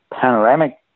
panoramic